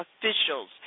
officials